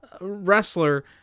wrestler